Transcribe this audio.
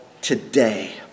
today